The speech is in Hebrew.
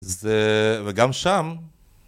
וגם שם